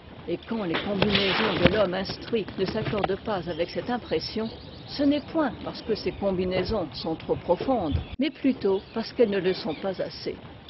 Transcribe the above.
et quand les combinaisons de l'homme instruit ne s'accordent pas avec cette impression ce n'est point parce que ces combinaisons sont trop profondes mais plutôt parce qu'elles ne le sont pas assez